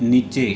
नीचे